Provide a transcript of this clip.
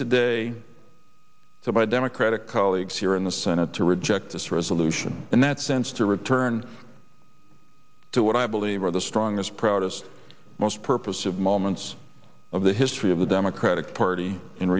today so my democratic colleagues here in the senate to reject this resolution and that sense to return to what i believe are the strong as proud as most purpose of moments of the history of the democratic party in